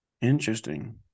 Interesting